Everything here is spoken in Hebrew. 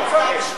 לא צריך.